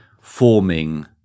forming